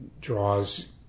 draws